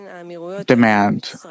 demand